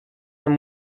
and